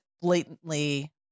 blatantly